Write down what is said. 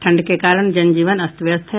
ठंड के कारण जन जीवन अस्त व्यस्त है